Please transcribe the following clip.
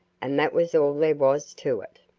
and that was all there was to it.